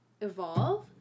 evolve